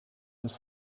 des